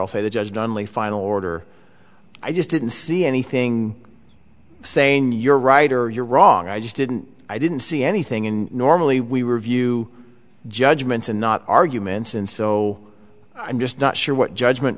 i'll say the judge donnelly final order i just didn't see anything saying you're right or you're wrong i just didn't i didn't see anything in normally we review judgments and not arguments and so i'm just not sure what judgment